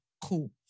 Cool